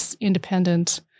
independent